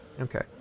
Okay